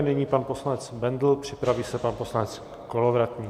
Nyní pan poslanec Bendl, připraví se pan poslanec Kolovratník.